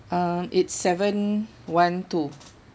um eight seven one two